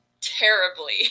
terribly